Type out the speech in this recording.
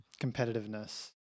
competitiveness